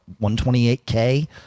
128K